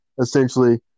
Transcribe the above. essentially